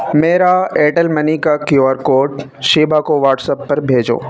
میرا Airtel money کا Q R code Sheeba کو واٹسپ پر بھیجو